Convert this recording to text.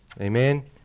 Amen